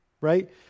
right